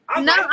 No